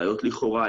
ראיות לכאורה,